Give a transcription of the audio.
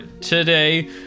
today